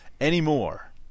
Anymore